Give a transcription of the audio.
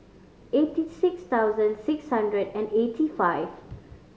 eighty six thousand six hundred and eighty five